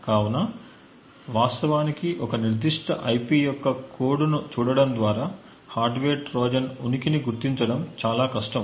కావున వాస్తవానికి ఒక నిర్దిష్ట IP యొక్క కోడ్ను చూడటం ద్వారా హార్డ్వేర్ ట్రోజన్ ఉనికిని గుర్తించడం చాలా కష్టం